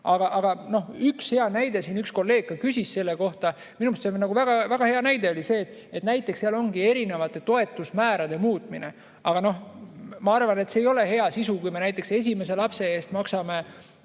Aga üks hea näide, siin üks kolleeg ka küsis selle kohta. Minu arust väga hea näide on see, et ettepanekutes on erinevate toetusmäärade muutmine. Noh, ma arvan, et see ei ole hea sisu, kui me näiteks esimese lapse eest maksame